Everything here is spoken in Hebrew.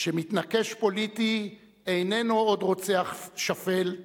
שמתנקש פוליטי איננו עוד רוצח שפל,